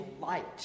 light